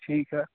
ठीक है